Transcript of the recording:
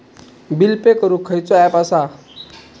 Bill pay करूक खैचो app असा?